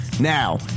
Now